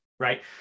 right